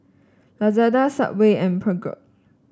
Lazada Subway and Peugeot